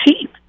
cheap